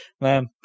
Man